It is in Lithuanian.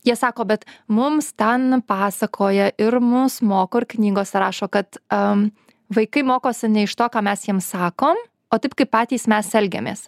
jie sako bet mums ten pasakoja ir mus moko ir knygose rašo kad a vaikai mokosi ne iš to ką mes jiems sakom o taip kaip patys mes elgiamės